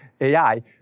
AI